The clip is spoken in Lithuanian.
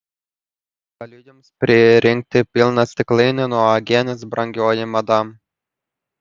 galiu jums pririnkti pilną stiklainį nuo uogienės brangioji madam